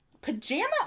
Pajama